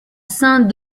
saint